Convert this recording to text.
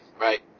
right